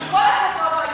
עם כל הכבוד לו,